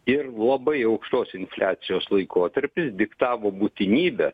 ir labai aukštos infliacijos laikotarpis diktavo būtinybę